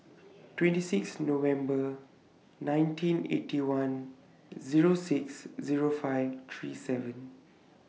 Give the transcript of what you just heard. twenty six November nineteen Eighty One Zero six Zero five three seven